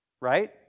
right